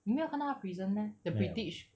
你没有看到他的 prison meh the british